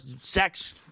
sex